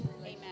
Amen